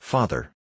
Father